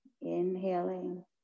inhaling